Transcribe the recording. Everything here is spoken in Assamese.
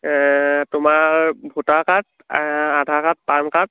তোমাৰ voter card Aadhaar card PAN card